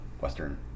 Western